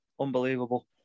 Unbelievable